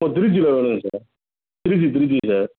இப்போது திருச்சியில் வேணுங்க சார் திருச்சி திருச்சி சார்